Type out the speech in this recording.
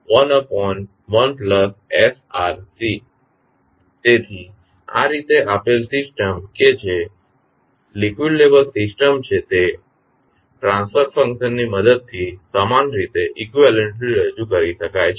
તેથી આ રીતે આપેલ સિસ્ટમ કે જે લીકવીડ લેવલ સિસ્ટમ છે તે ટ્રાન્સફર ફંકશન્સની મદદથી સમાન રીતે રજૂ કરી શકાય છે